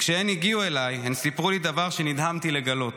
כשהן הגיעו אליי הן סיפרו לי דבר שנדהמתי לגלות: